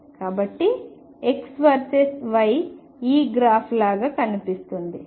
కాబట్టి X versus Y ఈ graph లాగా కనిపిస్తుంది